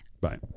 Bye